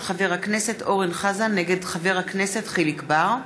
חבר הכנסת אורן חזן נגד חבר הכנסת חיליק בר.